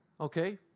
Okay